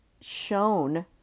shown